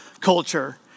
culture